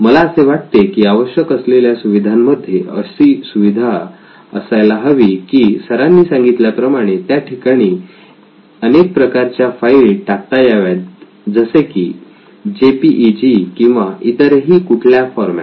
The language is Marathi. मला असे वाटते की आवश्यक असलेल्या सुविधांमध्ये अशी सुद्धा सुविधा असायला हवी की सरांनी सांगितल्या प्रमाणे त्या ठिकाणी एक अनेक प्रकारच्या फाईल टाकता याव्यात जसे की जे पी इ जी किंवा इतरही ही कुठला फॉरमॅट